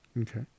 Okay